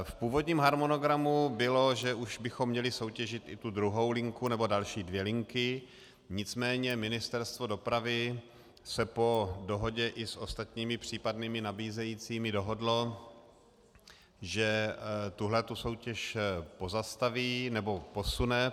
V původním harmonogramu bylo, že už bychom měli soutěžit i tu druhou linku nebo další dvě linky, nicméně Ministerstvo dopravy se i po dohodě s ostatními případnými nabízejícími dohodlo, že tuto soutěž pozastaví nebo posune.